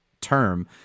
term